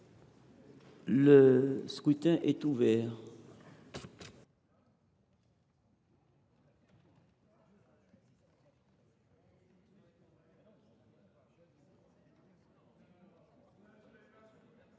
Le scrutin est ouvert.